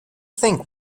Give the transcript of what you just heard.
think